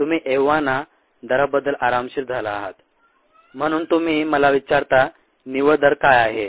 तुम्ही एव्हाना दराबद्दल आरामशीर झाला आहात म्हणून तुम्ही मला विचारता निव्वळ दर काय आहे